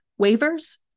waivers